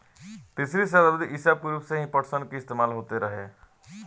तीसरी सताब्दी ईसा पूर्व से ही पटसन के इस्तेमाल होत रहे